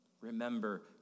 Remember